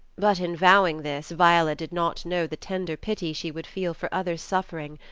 but in vowing this, viola did not know the tender pity she would feel for other's suflfering.